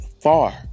far